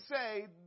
say